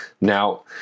Now